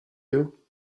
you